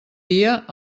dia